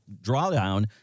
drawdown